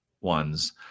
ones